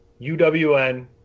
UWN